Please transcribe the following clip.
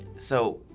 so,